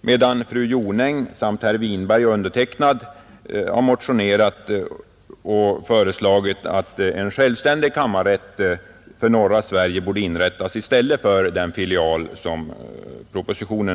medan fru Jonäng liksom herr Winberg och undertecknad har motionerat om att en självständig kammarrätt för Norrland borde inrättas i stället för den filial som föreslås i propositionen.